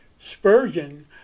Spurgeon